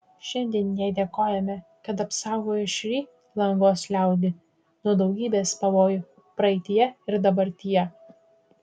šiandien jai dėkojame kad apsaugojo šri lankos liaudį nuo daugybės pavojų praeityje ir dabartyje